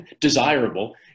desirable